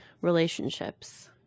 relationships